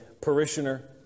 parishioner